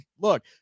look